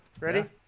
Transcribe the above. Ready